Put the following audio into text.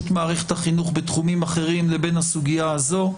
מערכת החינוך בתחומים אחרים לבין הסוגיה הזאת.